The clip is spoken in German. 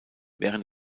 während